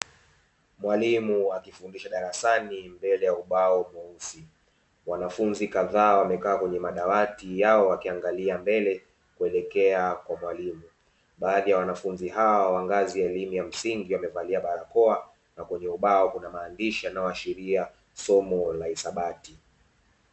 Mwalimu akifundisha darasani mbele ya ubao mweusi, wanafunzi kadhaa wamekaa kwenye madawati yao wakiangalia mbele kuelekea kwa mwalimu. Baadhi ya wanafunzi hao wa ngazi ya elimu ya msingi wamevalia barakoa na kwenye ubao kuna maandishi yanayoashiria somo la hisabati.